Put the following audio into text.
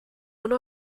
one